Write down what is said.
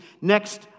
next